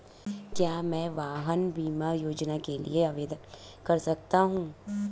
क्या मैं वाहन बीमा योजना के लिए आवेदन कर सकता हूँ?